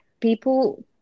people